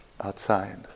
outside